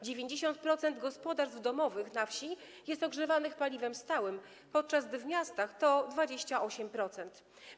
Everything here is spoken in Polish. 90% gospodarstw domowych na wsi jest ogrzewanych paliwem stałym, podczas gdy w miastach to 28%.